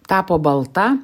tapo balta